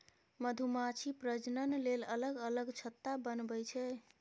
मधुमाछी प्रजनन लेल अलग अलग छत्ता बनबै छै